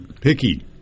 Picky